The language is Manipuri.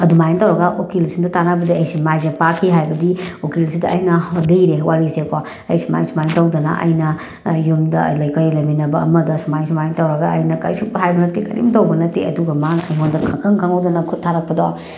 ꯑꯗꯨꯃꯥꯏꯅ ꯇꯧꯔꯒ ꯎꯀꯤꯜꯁꯤꯅ ꯇꯥꯟꯅꯕꯗꯒꯤ ꯑꯩꯁꯦ ꯃꯥꯏꯁꯦ ꯄꯥꯛꯈꯤ ꯍꯥꯏꯕꯗꯤ ꯎꯀꯤꯜꯁꯤꯗ ꯑꯩꯅ ꯂꯤꯔꯦ ꯋꯥꯔꯤꯁꯦ ꯀꯣ ꯑꯩ ꯁꯨꯃꯥꯏ ꯁꯨꯃꯥꯏꯅ ꯇꯧꯗꯅ ꯑꯩꯅ ꯌꯨꯝꯗ ꯑꯩꯈꯣꯏ ꯂꯩꯃꯤꯟꯅꯕ ꯑꯃꯗ ꯁꯨꯃꯥꯏ ꯁꯨꯃꯥꯏꯅ ꯇꯧꯔꯒ ꯑꯩꯅ ꯀꯩꯁꯨꯝ ꯍꯥꯏꯕ ꯅꯠꯇꯦ ꯀꯔꯤꯝ ꯇꯧꯕ ꯅꯠꯇꯦ ꯑꯗꯨꯒ ꯃꯥꯅ ꯑꯩꯉꯣꯟꯗ ꯏꯈꯪ ꯈꯪꯍꯧꯗꯅ ꯈꯨꯠ ꯊꯥꯔꯛꯄꯗꯣ